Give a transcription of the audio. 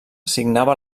signava